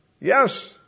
Yes